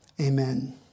amen